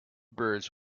birds